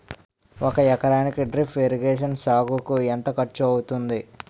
ఒక ఎకరానికి drip irrigation సాగుకు ఎంత ఖర్చు అవుతుంది?